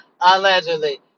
allegedly